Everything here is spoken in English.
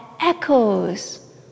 echoes